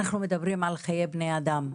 אנחנו מדברים על חיי בני אדם,